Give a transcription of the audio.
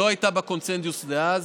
שלא הייתה בקונסנזוס אז,